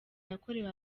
yakorewe